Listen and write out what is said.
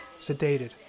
sedated